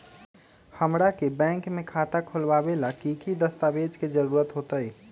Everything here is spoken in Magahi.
हमरा के बैंक में खाता खोलबाबे ला की की दस्तावेज के जरूरत होतई?